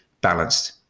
balanced